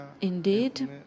Indeed